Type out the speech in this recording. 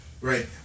right